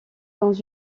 dans